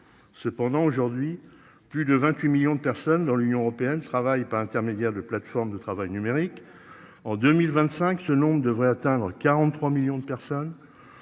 Cependant aujourd'hui plus de 28 millions de personnes dans l'Union européenne travaille pas intermédiaire de plateforme de travail numérique en 2025. Ce nombre devrait atteindre 43 millions de personnes.